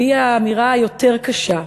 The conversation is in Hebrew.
והיא האמירה היותר קשה,